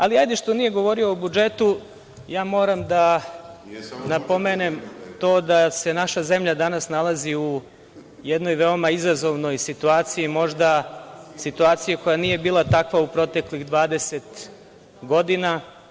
Ali, ajde što nije govorio o budžetu, ja moram da napomenem to da se naša zemlja danas nalazi u jednoj veoma izazovnoj situaciji, možda situaciji koja nije bila takva u proteklih 20 godina.